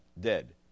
dead